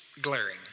glaring